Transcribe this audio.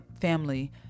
family